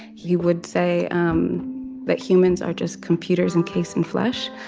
he would say um that humans are just computers encased in flesh.